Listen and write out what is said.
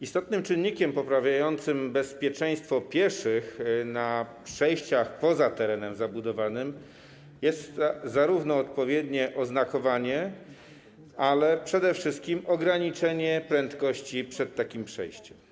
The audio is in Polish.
Istotnym czynnikiem poprawiającym bezpieczeństwo pieszych na przejściach poza terenem zabudowanym jest zarówno odpowiednie oznakowanie, jak i przede wszystkim ograniczenie prędkości aut przed takim przejściem.